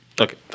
Okay